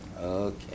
Okay